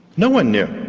no one knew.